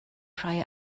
rhai